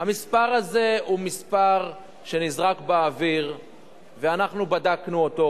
המספר הזה הוא מספר שנזרק באוויר ואנחנו בדקנו אותו.